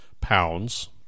pounds